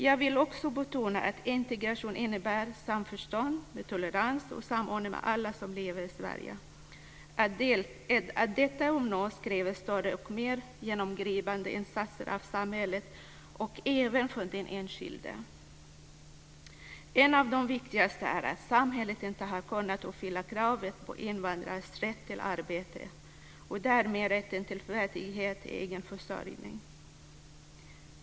Jag vill också betona att integration innebär samförstånd, tolerans och samordning med alla som lever i Sverige. För uppnående av detta krävs större och mer genomgripande insatser från samhället och även från den enskilde. En av de viktigaste bristerna är att samhället inte har kunnat tillgodose invandrares rätt till arbete och den värdighet som en egen försörjning ger.